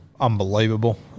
unbelievable